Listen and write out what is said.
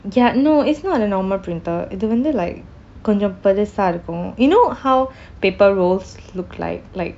ya no it's not the normal printer இது வந்து:ithu vanthu like கொஞ்சம் பெரிசா இருக்கும்:konjam perisa irukkum you know how paper rolls look like like